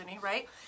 right